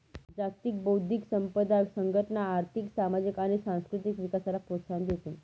जागतिक बौद्धिक संपदा संघटना आर्थिक, सामाजिक आणि सांस्कृतिक विकासाला प्रोत्साहन देते